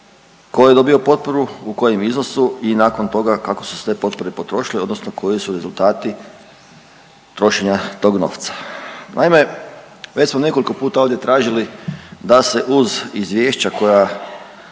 tko je dobio potporu, u kojem iznosu i nakon toga kako su se te potpore potrošile, odnosno koji su rezultati trošenja tog novca. Naime, već smo nekoliko puta ovdje tražili da se uz izvješća koja